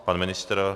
Pan ministr?